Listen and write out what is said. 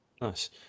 Nice